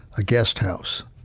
a guest house,